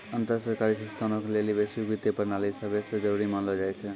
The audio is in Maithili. अन्तर सरकारी संस्थानो के लेली वैश्विक वित्तीय प्रणाली सभै से जरुरी मानलो जाय छै